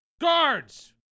Guards